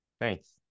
thanks